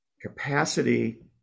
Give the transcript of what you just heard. capacity